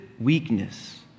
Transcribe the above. weakness